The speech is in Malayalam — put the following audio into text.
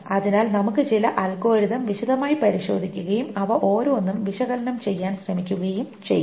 അതിനാൽ നമുക്ക് ചില അൽഗോരിതം വിശദമായി പരിശോധിക്കുകയും അവ ഓരോന്നും വിശകലനം ചെയ്യാൻ ശ്രമിക്കുകയും ചെയ്യാം